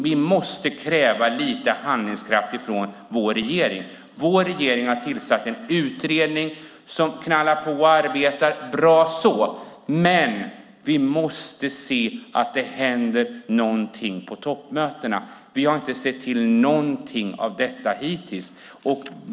Vi måste kräva lite handlingskraft från vår regering. Vår regering har tillsatt en utredning som knallar på med sitt arbete - bra så - men vi måste också se att någonting händer på toppmötena. Hittills har vi inte sett till någonting sådant.